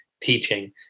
teaching